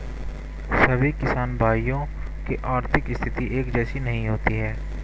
सभी किसान भाइयों की आर्थिक स्थिति एक जैसी नहीं होती है